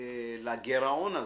לגרעון הזה,